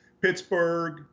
Pittsburgh